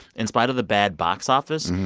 in spite of the bad box office,